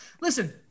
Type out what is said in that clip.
listen